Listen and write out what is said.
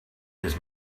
his